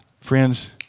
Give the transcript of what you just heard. Friends